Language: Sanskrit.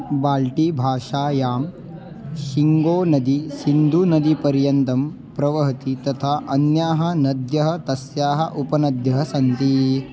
बाल्टीभाषायां शिङ्गो नदी सिन्धुनदीपर्यन्तं प्रवहति तथा अन्याः नद्यः तस्याः उपनद्यः सन्ति